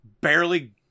barely